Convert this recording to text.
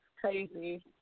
crazy